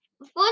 First